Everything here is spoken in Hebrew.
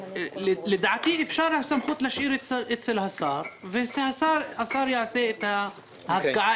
לדעתי אפשר את הסמכות להשאיר אצל השר והשר יעשה את ההפקעה,